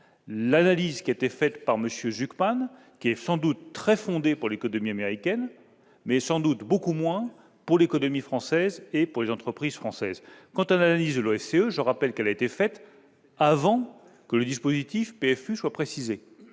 l'analyse faite par M. Zucman, qui est sans doute très fondée pour l'économie américaine, mais l'est beaucoup moins pour l'économie française et les entreprises françaises. Quant à l'analyse de l'OFCE, elle a été réalisée avant que le dispositif PFU soit précisé.